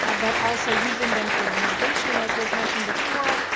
ah but also using them for mitigation, as was mentioned before,